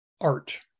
art